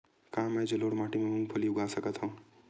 का मैं जलोढ़ माटी म मूंगफली उगा सकत हंव?